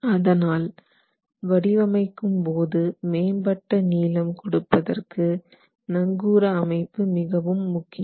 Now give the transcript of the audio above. அதனால் வடிவமைக்கும்போது மேம்பட்ட நீளம் கொடுப்பதற்கு நங்கூர அமைப்பு மிகவும் முக்கியம்